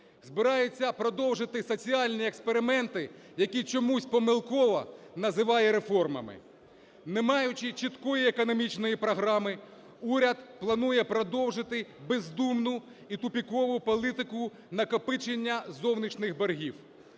збирається продовжити соціальні експерименти, які чомусь помилково називає реформами. Не маючи чіткої економічної програми, уряд планує продовжити бездумну і тупикову політику накопичення зовнішніх боргів.